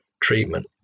treatment